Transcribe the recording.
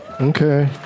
Okay